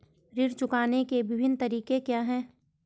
ऋण चुकाने के विभिन्न तरीके क्या हैं?